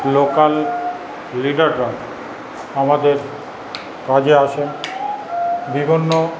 local লিডাররা আমাদের কাজে আসেন বিভিন্ন